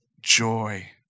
joy